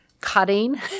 cutting